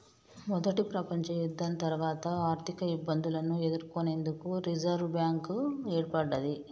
మొదటి ప్రపంచయుద్ధం తర్వాత ఆర్థికఇబ్బందులను ఎదుర్కొనేందుకు రిజర్వ్ బ్యాంక్ ఏర్పడ్డది